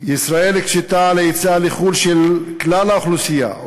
ישראל הקשתה על היציאה לחו"ל של כלל האוכלוסייה,